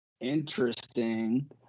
Interesting